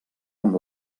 amb